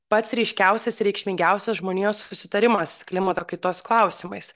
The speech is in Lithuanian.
pats ryškiausias reikšmingiausias žmonijos susitarimas klimato kaitos klausimais